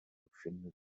befindet